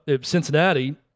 Cincinnati